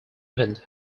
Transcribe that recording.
event